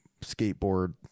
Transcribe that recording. skateboard